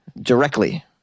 directly